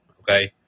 Okay